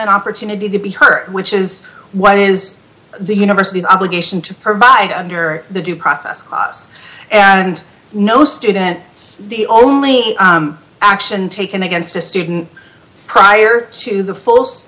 opportunity to be hurt which is what is the university's obligation to provide under the due process and no student the only action taken against a student prior to the full st